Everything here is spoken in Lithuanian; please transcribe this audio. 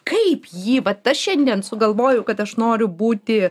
kaip jį vat aš šiandien sugalvojau kad aš noriu būti